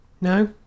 No